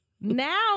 Now